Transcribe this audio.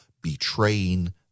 betraying